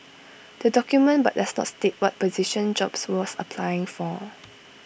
the document but does not state what position jobs was applying for